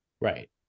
Right